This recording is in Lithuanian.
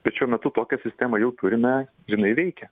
bet šiuo metu tokią sistemą jau turime ir jinai veikia